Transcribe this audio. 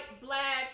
black